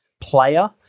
player